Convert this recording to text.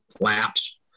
flaps